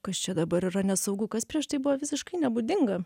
kas čia dabar yra nesaugu kas prieš tai buvo visiškai nebūdinga